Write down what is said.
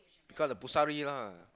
become a lah